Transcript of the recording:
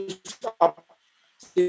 stop